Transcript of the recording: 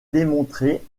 démontrée